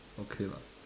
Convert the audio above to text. okay lah